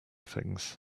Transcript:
things